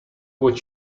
what